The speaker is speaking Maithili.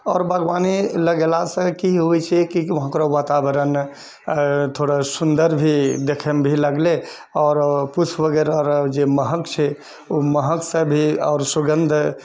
आओर बागवानी लगेलासँ कि होइ छै कि वहाँकरऽ वातावरण थोड़ा सुन्दर भी देखैमे भी लागलै आओर पुष्प वगैरह जे महक छै ओ महकसँ भी आओर सुगन्ध